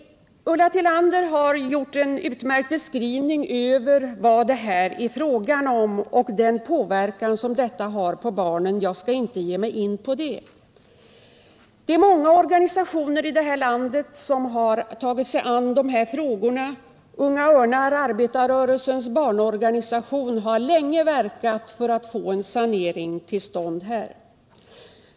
Ulla Tillander har gjort en utmärkt beskrivning av vad det här är fråga om och den påverkan som barnen utsätts för. Jag skall inte ge mig in på detta. Det är många organisationer i landet som tagit sig an dessa frågor. Unga örnar, arbetarrörelsens barnorganisation, har länge verkat för att här få en sanering till stånd.